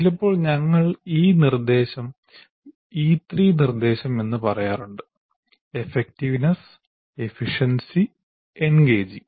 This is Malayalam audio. ചിലപ്പോൾ ഞങ്ങൾ ഈ നിർദ്ദേശം E3 നിർദ്ദേശം എന്ന് പറയാറുണ്ട് എഫക്റ്റീവ്നെസ്സ് എഫിഷ്യൻസി എൻഗേജിങ്